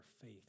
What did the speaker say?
faith